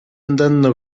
andando